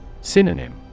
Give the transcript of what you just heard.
Synonym